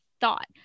thought